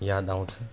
याद आउँछ